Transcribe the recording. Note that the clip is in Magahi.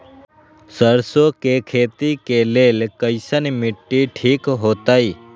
सरसों के खेती के लेल कईसन मिट्टी ठीक हो ताई?